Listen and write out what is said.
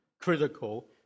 critical